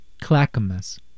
Clackamas